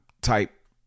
type